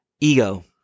ego